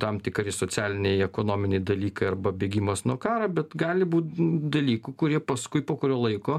tam tikri socialiniai ekonominiai dalykai arba bėgimas nuo karo bet gali būt dalykų kurie paskui po kurio laiko